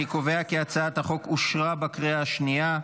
אני קובע כי הצעת החוק אושרה בקריאה השנייה.